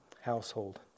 household